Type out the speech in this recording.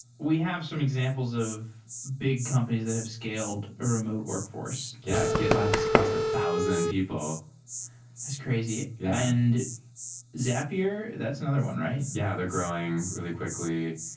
we have some examples of big companies that have scaled a remote workforce. yeah. gitlab just crossed a thousand people that's crazy. yeah and zapier, that's another one, right? yeah, they're growing really quickly.